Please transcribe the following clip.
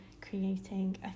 creating